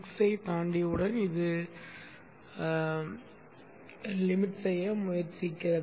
6 ஐ தாண்டியவுடன் இது வெட்ட முயற்சிக்கிறது